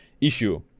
issue